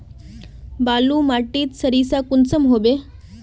बालू माटित सारीसा कुंसम होबे?